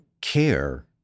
care